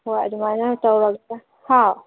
ꯍꯣꯏ ꯑꯗꯨꯃꯥꯏꯅ ꯇꯧꯔꯒ ꯍꯥꯎ